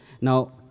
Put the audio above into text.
Now